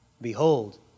Behold